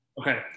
Okay